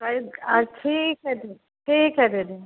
पैघ आओर ठीक छथिन दीदी ठीक हैय दीदी